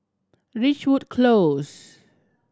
Ridgewood Close